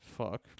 fuck